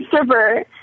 super